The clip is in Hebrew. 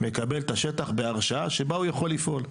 מקבל את השטח בהרשאה שהוא יכול לפעול.